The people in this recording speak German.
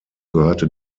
gehörte